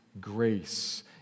grace